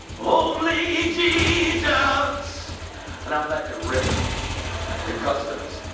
only jesus and i'm letting it rip in customs,